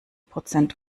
prozent